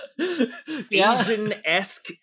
Asian-esque